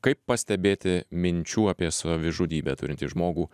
kaip pastebėti minčių apie savižudybę turintį žmogų